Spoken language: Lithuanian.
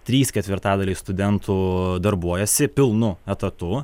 trys ketvirtadaliai studentų darbuojasi pilnu etatu